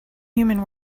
human